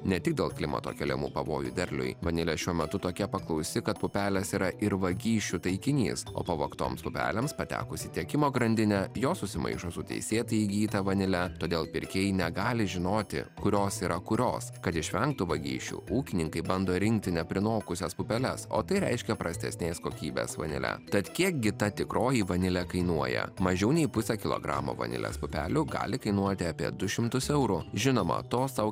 ne tik dėl klimato keliamų pavojų derliui vanile šiuo metu tokia paklausi kad pupelės yra ir vagysčių taikinys o pavogtoms duobelėms patekus į tiekimo grandinę jos susimaišo su teisėtai įgyta vanile todėl pirkėjai negali žinoti kurios yra kurios kad išvengtų vagysčių ūkininkai bando rinkti neprinokusias pupeles o tai reiškia prastesnės kokybės vanile tad kiek gi ta tikroji vanilė kainuoja mažiau nei pusę kilogramo vanilės pupelių gali kainuoti apie du šimtus eurų žinoma to sau